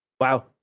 wow